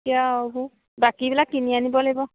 বাকী আৰু এইবোৰ বাকীবিলাক কিনি আনিব লাগিব